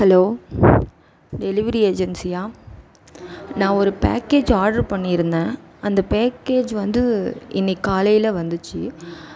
hello delivery ஏஜென்சியா நான் ஒரு பேக்கேஜ் ஆர்டர் பண்ணி இருந்தேன் அந்த பேக்கேஜ் வந்து இன்றைக்கு காலையில் வந்துச்சு